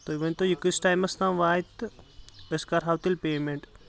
تُہۍ ؤنتو یہِ کّتس ٹایمس تام واتہِ تہ أسۍ کرہاو تیٚلہِ پیمنٹ